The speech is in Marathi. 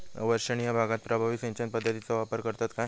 अवर्षणिय भागात प्रभावी सिंचन पद्धतीचो वापर करतत काय?